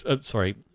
Sorry